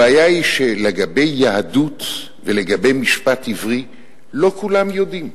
הבעיה היא שלגבי יהדות ולגבי משפט עברי לא כולם יודעים,